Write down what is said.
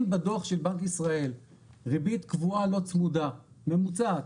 אם בדו"ח של בנק ישראל ריבית קבועה לא צמודה ממוצעת,